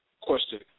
question